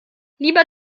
lieber